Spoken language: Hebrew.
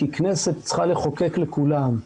כי כנסת צריכה לחוקק לכולם,